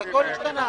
הרי הכול השתנה.